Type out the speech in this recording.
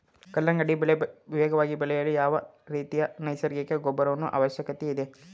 ಕಲ್ಲಂಗಡಿ ಬೆಳೆ ವೇಗವಾಗಿ ಬೆಳೆಯಲು ಯಾವ ರೀತಿಯ ನೈಸರ್ಗಿಕ ಗೊಬ್ಬರದ ಅವಶ್ಯಕತೆ ಇದೆ?